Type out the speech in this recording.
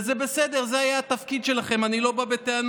וזה בסדר, זה היה התפקיד שלכם, אני לא בא בטענות.